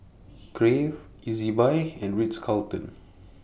Crave Ezbuy and Ritz Carlton